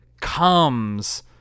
comes